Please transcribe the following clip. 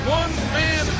one-man